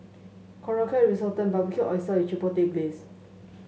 Korokke Risotto and Barbecued Oyster with Chipotle Glaze